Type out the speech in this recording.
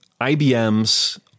IBMs